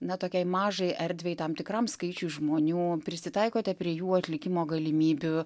na tokiai mažai erdvei tam tikram skaičiui žmonių prisitaikote prie jų atlikimo galimybių